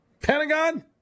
Pentagon